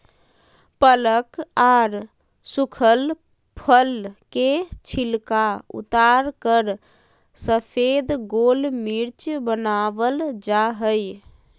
पकल आर सुखल फल के छिलका उतारकर सफेद गोल मिर्च वनावल जा हई